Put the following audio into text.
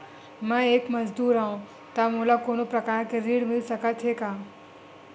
मैं एक मजदूर हंव त मोला कोनो प्रकार के ऋण मिल सकत हे का?